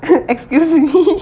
excuse me